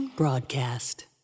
Broadcast